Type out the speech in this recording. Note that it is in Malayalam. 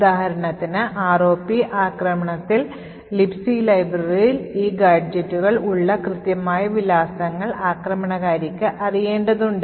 ഉദാഹരണത്തിന് ROP ആക്രമണത്തിൽ Libc ലൈബ്രറിയിൽ ഈ ഗാഡ്ജെറ്റുകൾ ഉള്ള കൃത്യമായ വിലാസങ്ങൾ ആക്രമണകാരിക്ക് അറിയേണ്ടതുണ്ട്